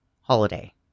Holiday